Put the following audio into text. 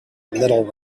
little